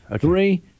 Three